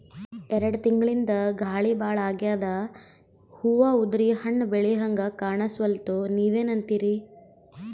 ಎರೆಡ್ ತಿಂಗಳಿಂದ ಗಾಳಿ ಭಾಳ ಆಗ್ಯಾದ, ಹೂವ ಉದ್ರಿ ಹಣ್ಣ ಬೆಳಿಹಂಗ ಕಾಣಸ್ವಲ್ತು, ನೀವೆನಂತಿರಿ?